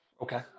Okay